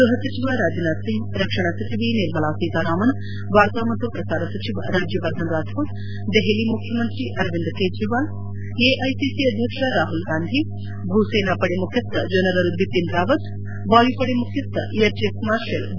ಗ್ಲಹ ಸಚಿವ ರಾಜನಾಥ್ ಸಿಂಗ್ ರಕ್ಷಣಾ ಸಚಿವೆ ನಿರ್ಮಲಾ ಸೀತಾರಾಮನ್ ವಾರ್ತಾ ಮತ್ತು ಪ್ರಸಾರ ಸಚಿವ ರಾಜ್ಗವರ್ಧನ್ ರಾಥೋಡ್ ದೆಹಲಿ ಮುಖ್ಯಮಂತ್ರಿ ಅರವಿಂದ್ ಕ್ರೇಜಿವಾಲ್ ಎಐಸಿಸಿ ಅಧ್ಯಕ್ಷ ರಾಮಲ್ ಗಾಂಧಿ ಭೂಸೇನಾಪಡೆ ಮುಖ್ಯಸ್ವ ಜನರಲ್ ಬಿಖಿನ್ ರಾವತ್ ವಾಯುಪಡೆ ಮುಖ್ಯಸ್ವ ಏರ್ಚೀಫ್ ಮಾರ್ಷಲ್ ಬಿ